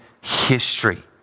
history